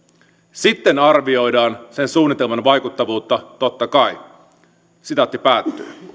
sitten arvioidaan sen suunnitelman vaikuttavuutta totta kai